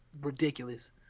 ridiculous